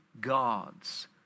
gods